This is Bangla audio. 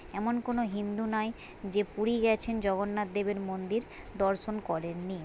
এমন কোনো হিন্দু নাই যে পুরী গিয়েছেন জগন্নাথ দেবের মন্দির দর্শন করেননি